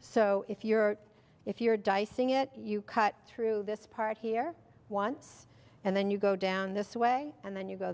so if you're if you're dicing it you cut through this part here once and then you go down this way and then you go